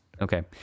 Okay